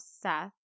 Seth